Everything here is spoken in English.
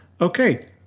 okay